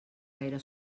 gaire